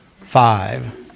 Five